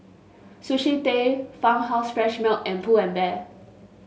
Sushi Tei Farmhouse Fresh Milk and Pull and Bear